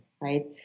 right